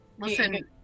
Listen